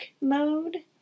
mode